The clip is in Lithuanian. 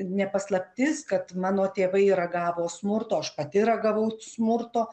ne paslaptis kad mano tėvai ragavo smurto aš pati ragavau smurto